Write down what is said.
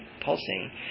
pulsing